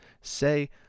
Say